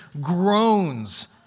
groans